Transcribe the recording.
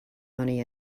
money